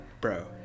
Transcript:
bro